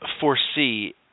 foresee